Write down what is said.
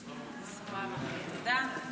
תודה.